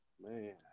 Man